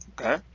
Okay